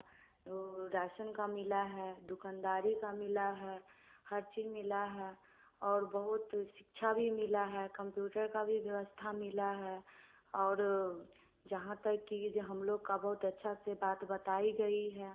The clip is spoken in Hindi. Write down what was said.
वो राशन का मिला है दुकानदारी का मिला है हर चीज़ मिला है और बहुत शिक्षा भी मिला है कंप्यूटर का भी व्यवस्था मिला है और यहाँ तक की यह जो हम लोगों को बहुत अच्छे से बात बताई गई है